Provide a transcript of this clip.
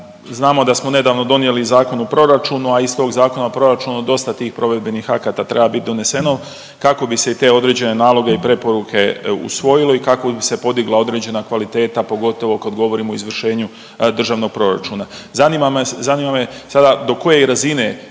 Znamo da smo nedavno donijeli Zakon o proračunu, a iz tog Zakona o proračunu dosta tih provedbenih akata treba bit doneseno kao bi se i te određene naloge i preporuke usvojilo i kako bi se podigla određena kvaliteta pogotovo kad govorimo o izvršenju državnog proračuna. Zanima me sada do koje razine